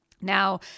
Now